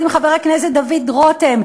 יחד עם חבר הכנסת דוד רותם,